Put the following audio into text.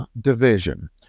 division